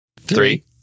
three